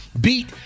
beat